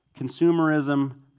consumerism